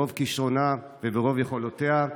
ברוב כישרונה וברוב יכולותיה,